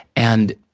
and,